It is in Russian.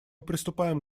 приступаем